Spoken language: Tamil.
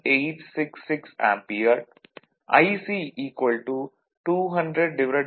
866 ஆம்பியர் Ic 200400 0